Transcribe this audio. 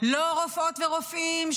לא רופאות ורופאים,